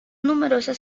numerosa